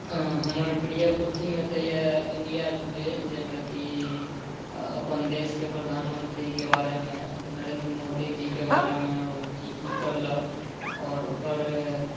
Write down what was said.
हमर प्रिय पोथीमे तऽ यए इण्डिया टुडे जाहिमे कि अपन देशके प्रधानमन्त्रीके बारेमे नरेन्द्र मोदीजीके बारेमे ओ की की करलक आओर ओकर